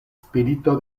spirito